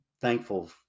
thankful